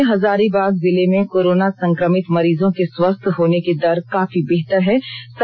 राज्यभर में हजारीबाग जिले में कोरोना संक्रमित मरीजों के स्वस्थ होने की दर काफी बेहतर है